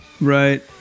Right